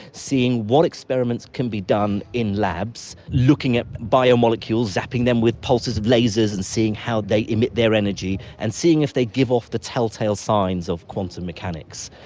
seeing what experiments can be done in labs, looking at biomolecules, zapping them with pulses of lasers and seeing how they emit their energy and seeing if they give off the tell-tale signs of quantum mechanics.